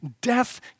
death